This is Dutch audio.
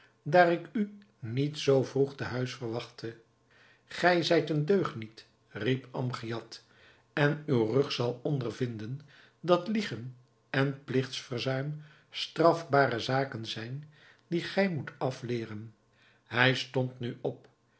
daar ik u niet zoo vroeg te huis verwachtte gij zijt een deugniet riep amgiad en uw rug zal ondervinden dat liegen en pligtverzuim strafbare zaken zijn die gij moet afleeren hij stond nu op